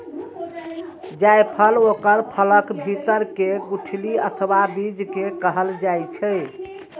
जायफल ओकर फलक भीतर के गुठली अथवा बीज कें कहल जाइ छै